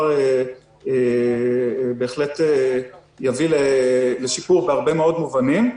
בהחלט יביא לשיפור בהרבה מאוד מובנים.